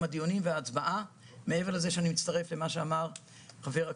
הדיונים וההצבעה מעבר לכך שאני מצטרף למה שאמר להב.